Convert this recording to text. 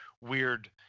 weird